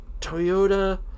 Toyota